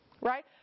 Right